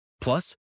Plus